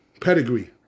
pedigree